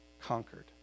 conquered